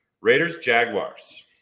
Raiders-Jaguars